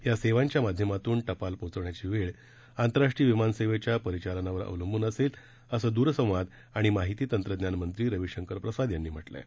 या सेवांच्या माध्यमातून टपाल पोहचण्याची वेळ आंतरराष्ट्रीय विमान सेवेच्या परिचालनावर अवलंबून असेल असं दूरसंवाद आणि माहिती तंत्रज्ञान मंत्री रविशंकर प्रसाद यांनी म्हटलं आहे